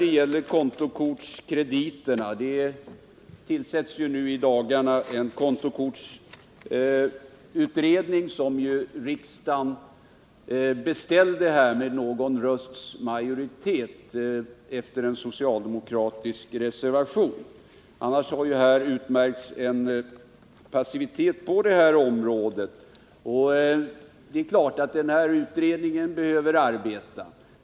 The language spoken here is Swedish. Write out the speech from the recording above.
Beträffande kontokortskrediterna vill jag säga: Det tillsätts nu i dagarna en kontokortsutredning, som riksdagen beställt genom en socialdemokratisk reservation med någon rösts majoritet. Annars har det utmärkande varit en passivitet på det här området. Det är klart att denna utredning behöver arbeta.